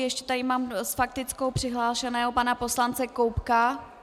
Ještě tady mám s faktickou přihlášeného pana poslance Koubka.